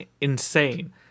insane